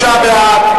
43 בעד,